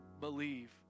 believe